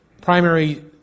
primary